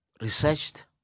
researched